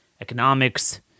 economics